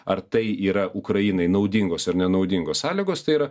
ar tai yra ukrainai naudingos ar nenaudingos sąlygos tai yra